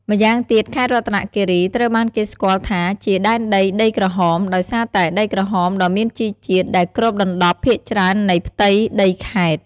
ម្យ៉ាងទៀត ខេត្តរតនគិរីត្រូវបានគេស្គាល់ថាជា "ដែនដីដីក្រហម" ដោយសារតែ ដីក្រហមដ៏មានជីជាតិ ដែលគ្របដណ្ដប់ភាគច្រើននៃផ្ទៃដីខេត្ត។